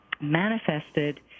manifested